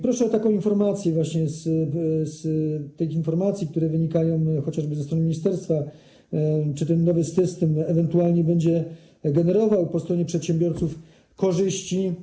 Proszę o taką informację, chodzi o informacje, które są chociażby na stronie ministerstwa, czy ten nowy system ewentualnie będzie generował po stronie przedsiębiorców korzyści.